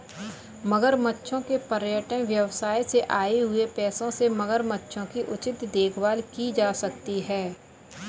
मगरमच्छों के पर्यटन व्यवसाय से आए हुए पैसों से मगरमच्छों की उचित देखभाल की जा सकती है